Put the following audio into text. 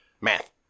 Math